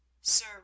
Sir